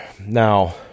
Now